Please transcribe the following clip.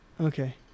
Okay